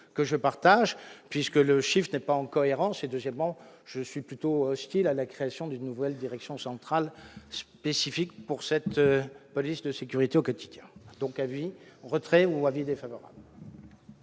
que je partage, puisque le chiffre n'est pas en cohérence et deuxièmement, je suis plutôt hostile à la création d'une nouvelle direction centrale spécifique pour cette police de sécurité au quotidien, donc avis retrait ou avis défavorable.